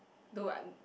don't want